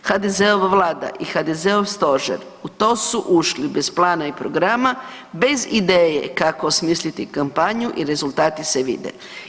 HDZ-ova Vlada i HDZ-ov stožer uto su ušli bez plana i programa, bez ideje kako osmisliti kampanju i rezultati se vide.